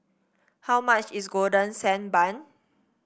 how much is Golden Sand Bun